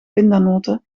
pindanoten